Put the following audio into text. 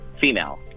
female